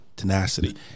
tenacity